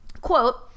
Quote